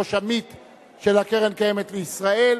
יושב-ראש עמית של הקרן הקיימת לישראל.